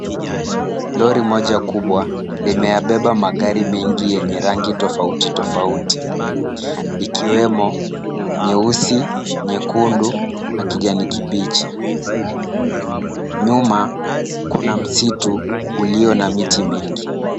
Lori moja kubwa limeyabeba magari mengi yenye rangi tofauti tofauti ikiwemo nyeusi, nyekundu na kijani kibichi. Nyuma kuna msitu ulio na miti mingi.